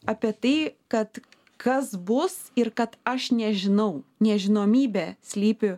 apie tai kad kas bus ir kad aš nežinau nežinomybė slypi